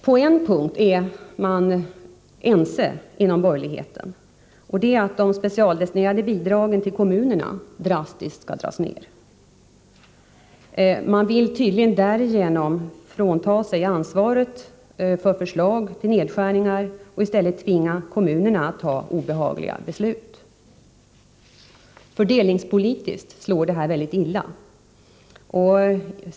På en punkt är man ense inom borgerligheten: att de specialdestinerade bidragen till kommunerna drastiskt skall dras ner. Man vill tydligen därigenom frånta sig ansvaret för förslag till nedskärningar och i stället tvinga kommunerna att ta obehagliga beslut. Fördelningspolitiskt slår det här väldigt illa.